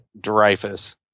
dreyfus